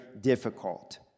difficult